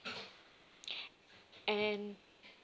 and